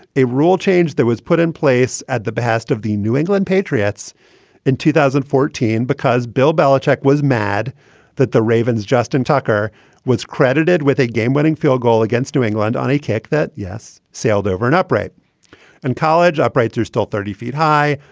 a rule change that was put in place at the behest of the new england patriots in two thousand and fourteen because bill belichick was mad that the ravens, justin tucker was credited with a game winning field goal against new england on a kick that, yes, sailed over an upright and college uprights are still thirty feet high.